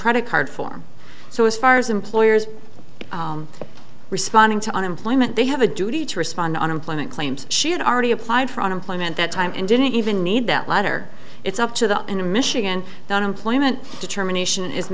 credit card form so as far as employers responding to unemployment they have a duty to respond unemployment claims she had already applied for unemployment that time and didn't even need that letter it's up to the up in michigan not employment determination is